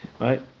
right